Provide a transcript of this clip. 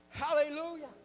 hallelujah